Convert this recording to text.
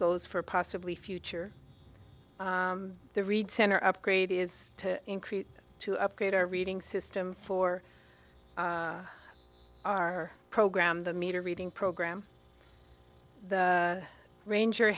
goes for possibly future the read center upgrade is to increase to upgrade our reading system for our program the meter reading program the range your